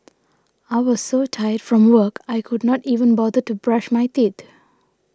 I was so tired from work I could not even bother to brush my teeth